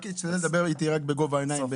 רק תשתדל לדבר איתי בגובה העיניים,